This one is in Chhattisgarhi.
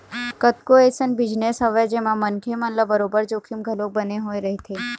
कतको अइसन बिजनेस हवय जेमा मनखे मन ल बरोबर जोखिम घलोक बने होय रहिथे